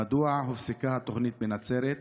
1. מדוע הופסקה התוכנית בנצרת?